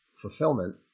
fulfillment